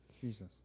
Jesus